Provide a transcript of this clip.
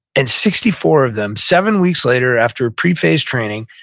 and sixty four of them, seven weeks later, after pre-phase training,